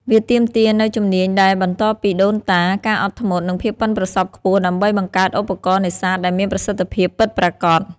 វាទាមទារនូវជំនាញដែលបន្តពីដូនតា ការអត់ធ្មត់ និងភាពប៉ិនប្រសប់ខ្ពស់ដើម្បីបង្កើតឧបករណ៍នេសាទដែលមានប្រសិទ្ធភាពពិតប្រាកដ។